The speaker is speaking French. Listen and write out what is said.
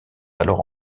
alors